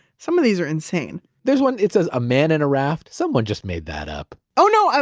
some of these are insane there's one it says ah man in a raft. someone just made that up oh no! ah